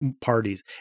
parties